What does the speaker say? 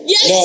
Yes